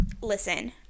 Listen